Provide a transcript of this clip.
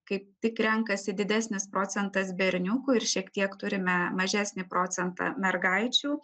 kaip tik renkasi didesnis procentas berniukų ir šiek tiek turime mažesnį procentą mergaičių